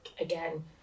again